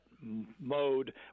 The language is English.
mode